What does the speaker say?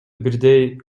бирдей